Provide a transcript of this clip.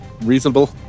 Reasonable